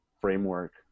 framework